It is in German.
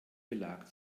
belag